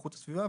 איכות הסביבה,